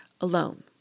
alone